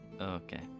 Okay